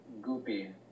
goopy